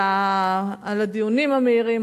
על הדיונים המהירים,